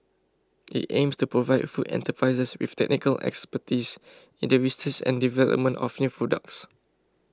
it aims to provide food enterprises with technical expertise in the research and development of new products